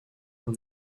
from